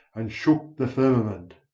and shook the firmament.